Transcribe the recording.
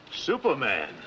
Superman